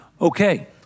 Okay